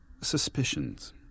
suspicions